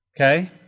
Okay